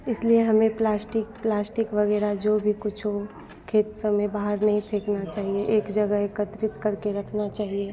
इसलिए हमें plastic plastic वग़ैरह जो भी कुछ हो खेत सा में बाहर नहीं फेंकना चाहिए एक जगह एकत्रित करके रखना चहिए